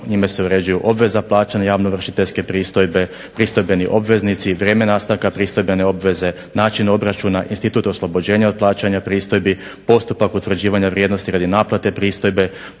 njime se uređuju obveza plaćanja javne ovršiteljske pristojbe, pristojbeni obveznici, vrijeme nastanka pristojbene obveze, način obračuna, institut oslobođenja od plaćanja pristojbi, postupak utvrđivanja vrijednosti radi naplate pristojbe,